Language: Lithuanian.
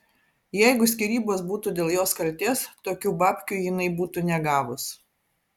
jeigu skyrybos būtų dėl jos kaltės tokių babkių jinai būtų negavus